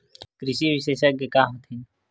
कृषि विशेषज्ञ का होथे?